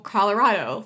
Colorado